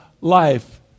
life